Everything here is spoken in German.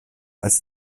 als